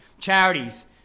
Charities